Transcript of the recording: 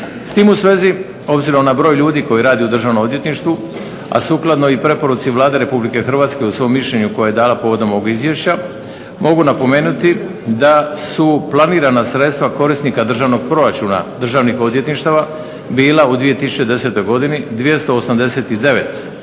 S tim u svezi obzirom na broj ljudi koji radi u državnom odvjetništvu, a sukladno i preporuci Vlade Republike Hrvatske u svom mišljenju koje je dala povodom ovog izvješća mogu napomenuti da su planirana sredstva korisnika državnog proračuna državnih odvjetništava bila u 2010. godini 289 milijuna